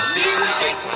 music